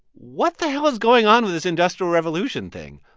what the hell is going on with this industrial revolution thing?